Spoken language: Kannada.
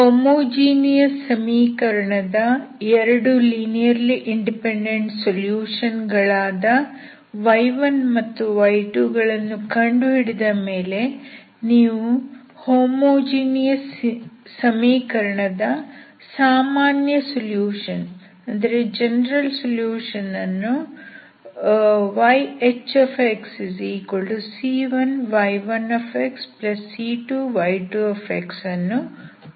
ಹೋಮೋಜೀನಿಯಸ್ ಸಮೀಕರಣದ 2 ಲೀನಿಯರ್ಲಿ ಇಂಡಿಪೆಂಡೆಂಟ್ ಸೊಲ್ಯೂಷನ್ ಗಳಾದ y1 ಮತ್ತು y2 ಗಳನ್ನು ಕಂಡುಹಿಡಿದ ಮೇಲೆ ನೀವು ಹೋಮೋಜಿನಿಯಸ್ ಸಮೀಕರಣದ ಸಾಮಾನ್ಯ ಸೊಲ್ಯೂಷನ್ ಅನ್ನು ಅಂದರೆ yHxc1y1c2y2 ಅನ್ನು ಪಡೆಯಯಬಹುದು